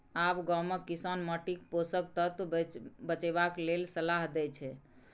आब गामक किसान माटिक पोषक तत्व बचेबाक लेल सलाह दै छै